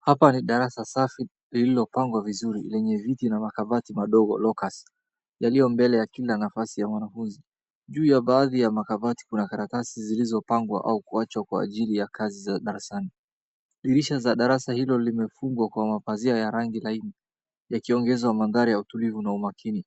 Hapa ni darasa safi lililopangwa vizuri lenye viti na makabati madogo, lockers yaliyo mbele ya kila nafasi ya mwanafunzi. Juu ya baadhi ya makabati kuna karatasi zilizopangwa au kuachwa kwa ajili ya kazi za darasani. Dirisha la darasa hilo limefungwa kwa mapazia ya rangi laini. Yakiongezwa mandhari ya utulivu na umakini.